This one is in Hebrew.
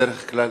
בדרך כלל,